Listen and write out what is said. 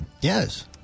Yes